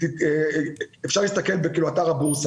אם היא מחזיקה מעל 10% אז יש פה הסטה של רווחים.